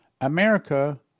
America